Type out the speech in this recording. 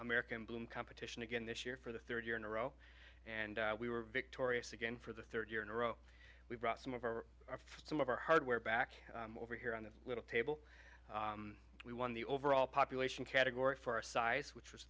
american boom competition again this year for the third year in a row and we were victorious again for the third year in a row we brought some of our some of our hardware back over here on the table we won the overall population category for our size which was